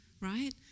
right